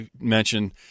mention